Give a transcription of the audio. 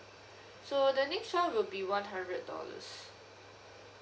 so the next [one] will be one hundred dollars